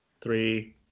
Three